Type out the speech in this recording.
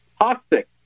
toxic